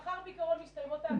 מחר בעיקרון מסתיימות ההגבלות.